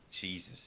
Jesus